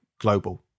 global